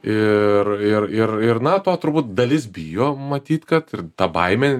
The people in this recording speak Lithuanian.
ir ir ir ir na to turbūt dalis bijo matyt kad ir ta baimė